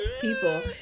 people